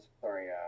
sorry